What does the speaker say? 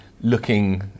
looking